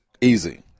Easy